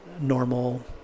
normal